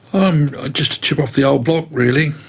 i'm just chip off the old block really.